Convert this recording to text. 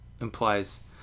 implies